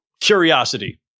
curiosity